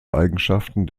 eigenschaften